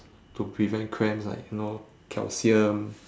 to prevent cramps like you know calcium